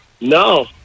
no